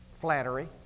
flattery